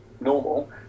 normal